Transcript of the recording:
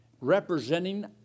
representing